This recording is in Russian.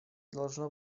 должно